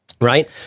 Right